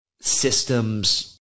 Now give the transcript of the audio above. systems